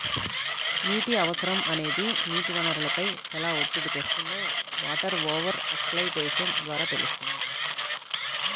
నీటి అవసరం అనేది నీటి వనరులపై ఎలా ఒత్తిడి తెస్తుందో వాటర్ ఓవర్ ఎక్స్ప్లాయిటేషన్ ద్వారా తెలుస్తుంది